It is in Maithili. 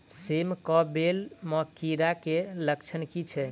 सेम कऽ बेल म कीड़ा केँ लक्षण की छै?